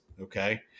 Okay